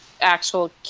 actual